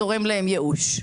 זורם להם ייאוש".